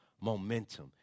momentum